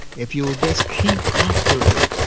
if you will just keep after it,